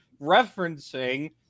referencing